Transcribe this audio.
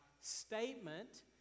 statement